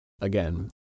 again